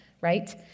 right